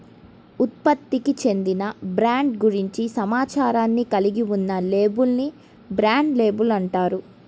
ఉత్పత్తికి చెందిన బ్రాండ్ గురించి సమాచారాన్ని కలిగి ఉన్న లేబుల్ ని బ్రాండ్ లేబుల్ అంటారు